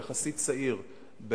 יחסית צעיר,